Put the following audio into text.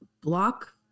block